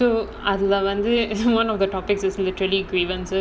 so அதுல வந்து:adhula vandhu one of the topics is literally grievances